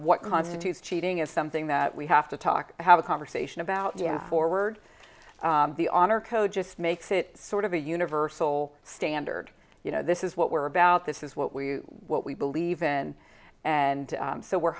what constitutes cheating is something that we have to talk have a conversation about yeah forward the honor code just makes it sort of a universal standard you know this is what we're about this is what we what we believe in and so we're